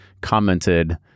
commented